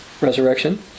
resurrection